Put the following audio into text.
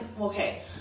okay